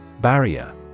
Barrier